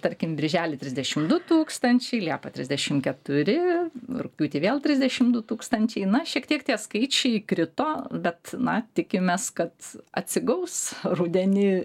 tarkim birželį trisdešimt du tūkstančiai liepą trisdešimt keturi rugpjūtį vėl trisdešimt du tūkstančiai na šiek tiek tie skaičiai krito bet na tikimės kad atsigaus rudenį